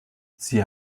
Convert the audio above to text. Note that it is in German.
sie